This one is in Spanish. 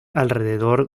alrededor